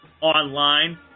online